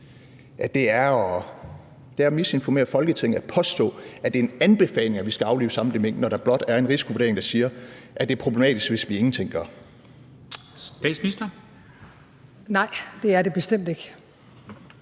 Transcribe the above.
det er at misinformere Folketinget at påstå, at det er en anbefaling, at man skal aflive samtlige mink, når der blot er en risikovurdering, der siger, at det er problematisk, hvis vi ingenting gør? Kl. 14:15 Formanden (Henrik